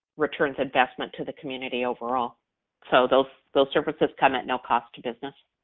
returns investment to the community overall so those those services come at no cost to business.